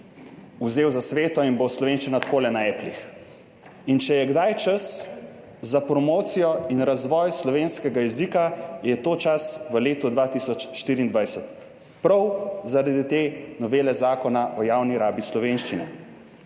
vzela za sveto in bo slovenščina takole / pokaže z gesto/ na applih. In če je kdaj čas za promocijo in razvoj slovenskega jezika, je to čas v letu 2024, prav zaradi te novele Zakona o javni rabi slovenščine.